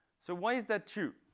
so why is that true?